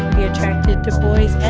be attracted to boys